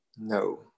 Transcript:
No